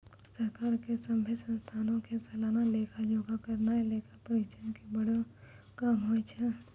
सरकार के सभ्भे संस्थानो के सलाना लेखा जोखा करनाय लेखा परीक्षक के बड़ो काम होय छै